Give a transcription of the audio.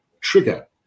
trigger